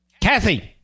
Kathy